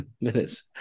Minutes